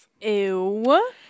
Ew